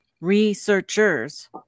researchers